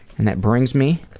and that brings me